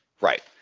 Right